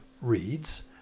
reads